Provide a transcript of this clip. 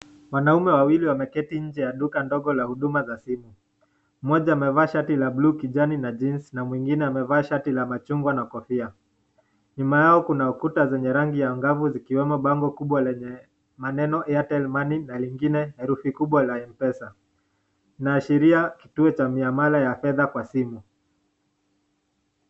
Wanaume wawili wameketi nje ya duka dogo la huduma za simu. Mmoja amevaa shati la bluu kijani na [jeans] na mwingine amevaa shati la machungwa na kofia. Nyuma yao kuna ukuta zenye rangi ya angavu na kuna bango lenye maneno Airtel Money na lingine lenye herufi kubwa la Mpesa. Inaashiria kituo cha mnyamala ya fedha kwa simu